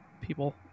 people